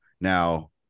Now